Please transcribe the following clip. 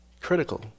critical